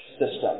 system